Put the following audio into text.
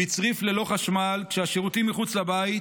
בצריף ללא חשמל כשהשירותים מחוץ לבית